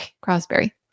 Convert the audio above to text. Crosby